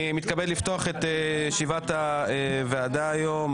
אני מתכבד לפתוח את ישיבת הוועדה היום,